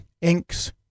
inks